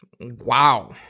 Wow